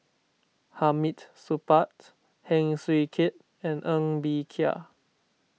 Hamid Supaat Heng Swee Keat and Ng Bee Kia